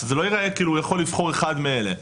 שזה לא ייראה כאילו הוא יכול לבחור אחד מאלה.